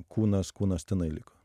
kūnas kūnas tenai liko